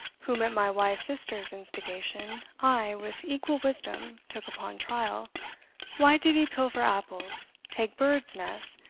whom, at my wise sister's instigation, i, with equal wisdom, took upon trial why did he pilfer apples, take birds' nests,